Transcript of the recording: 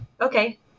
okay